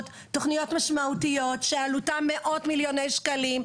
משמעותיות שעלותן מאות מיליוני שקלים.